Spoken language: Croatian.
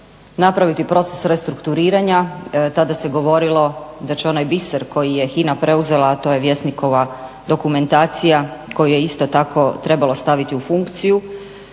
napraviti proces restrukturiranja tada se govorilo da će onaj biser koji je HINA preuzela, a to je Vjesnikova dokumentacija koju je isto tako trebalo staviti u funkciju,